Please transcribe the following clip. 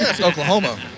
Oklahoma